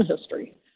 history